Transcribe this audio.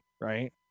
right